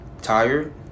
tired